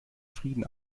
frieden